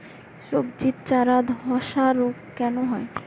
সবজির চারা ধ্বসা রোগ কেন হয়?